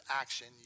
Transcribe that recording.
action